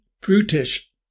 brutish